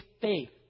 faith